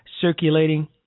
circulating